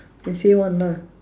just say one ah